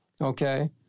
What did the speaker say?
Okay